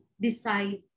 decide